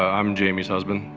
i'm jamie's husband.